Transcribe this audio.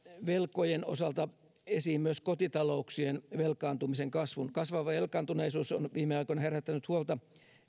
velkojen osalta esiin myös kotitalouksien velkaantumisen kasvun kasvava velkaantuneisuus on viime aikoina herättänyt huolta